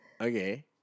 Okay